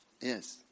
Yes